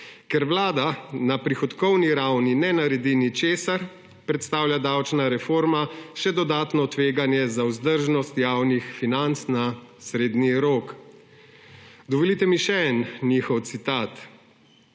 »Ker Vlada na prihodkovni ravni ne naredi ničesar, predstavlja davčna reforma še dodatno tveganje za vzdržnost javnih financ na srednji rok.« Dovolite mi še en njihov citat: